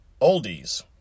Oldies